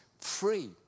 free